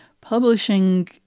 publishing